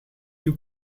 you